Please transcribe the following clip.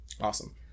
Awesome